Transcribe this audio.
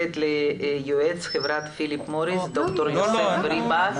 יועץ חברת פיליפ מוריס ד"ר יוסף ריבק.